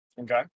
okay